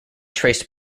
traced